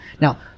now